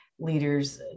leaders